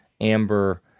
Amber